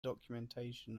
documentation